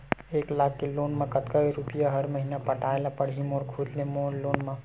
एक लाख के लोन मा कतका रुपिया हर महीना पटाय ला पढ़ही मोर खुद ले लोन मा?